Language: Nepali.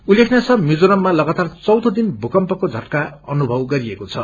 उत्लेखनीय छ मिजोराम लगातार चौथो दिन भूकम्पको झटका अनुभव गरिएको छ